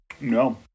No